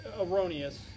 Erroneous